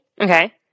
Okay